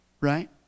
right